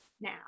now